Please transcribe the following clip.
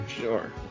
Sure